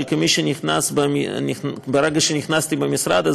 אבל ברגע שנכנסתי למשרד הזה,